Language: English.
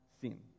sin